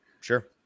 Sure